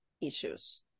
issues